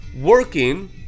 working